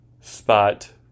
spot